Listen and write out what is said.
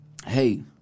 Hey